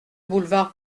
boulevard